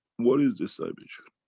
what is this dimension?